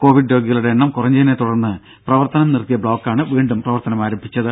Covid രോഗികളുടെ എണ്ണം കുറഞ്ഞതിനെ തുടർന്ന് പ്രവർത്തനം നിർത്തിയ ബ്ലോക്കാണ് വീണ്ടും പ്രവർത്തനം ആരംഭിച്ചത്